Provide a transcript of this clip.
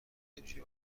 اینجوری